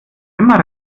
immer